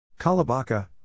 Kalabaka